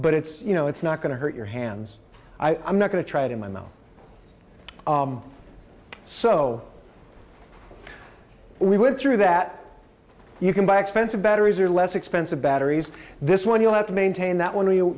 but it's you know it's not going to hurt your hands i'm not going to try to mine though so we went through that you can buy expensive batteries or less expensive batteries this one you'll have to maintain that one to you